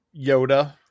Yoda